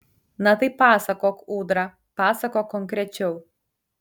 na tai pasakok ūdra pasakok konkrečiau